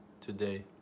today